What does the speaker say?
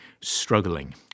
struggling